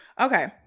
Okay